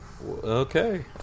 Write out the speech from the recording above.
Okay